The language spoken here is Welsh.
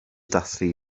dathlu